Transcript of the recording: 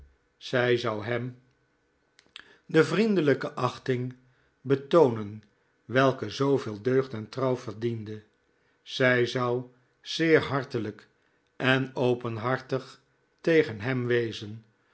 zij zou hem de vriendelijke achting betoonen welke zooveel deugd en trouw verdiende zij zou zeer hartelijk en openhartig tegen hem wezen